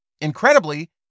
Incredibly